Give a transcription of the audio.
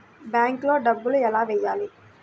బ్యాంక్లో డబ్బులు ఎలా వెయ్యాలి?